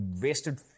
wasted